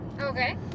Okay